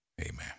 amen